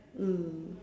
mm